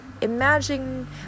Imagine